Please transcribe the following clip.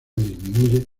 disminuye